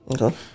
okay